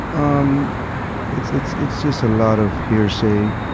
um it's, it's, it's just a lot of hearsay.